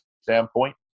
standpoint